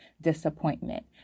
disappointment